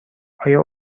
آیا